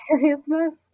seriousness